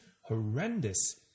horrendous